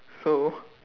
so